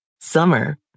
Summer